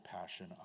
passion